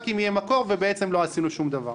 רק אם יהיה מקור ולא עשינו שום דבר.